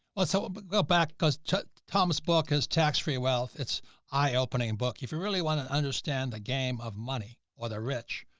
well, so well back cause chuck thomas book has tax free wealth. it's eye opening and book. if you really want to understand the game of money or the rich,